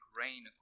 rain